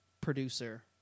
producer